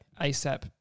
ASAP